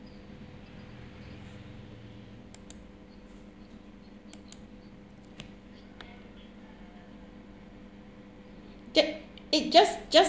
get eh just just